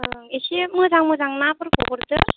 ओं इसे मोजां मोजां नाफोरखौ हरदो